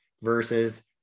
versus